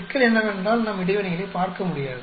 சிக்கல் என்னவென்றால் நாம் இடைவினைகளைப் பார்க்க முடியாது